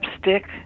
stick